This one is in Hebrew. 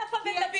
אתה מבין?